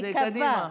אז קדימה.